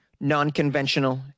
non-conventional